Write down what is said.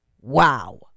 Wow